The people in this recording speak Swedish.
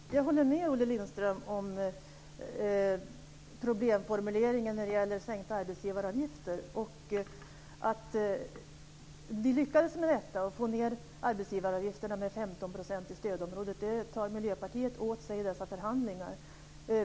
Herr talman! Jag instämmer i Olle Lindströms problemformulering när det gäller sänkta arbetsgivaravgifter. Vi lyckades att få ned arbetsgivaravgifterna med 15 % i stödområdena, och det tar Miljöpartiet åt sig äran av.